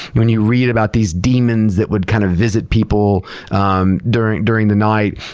when you read about these demons that would kind of visit people um during during the night,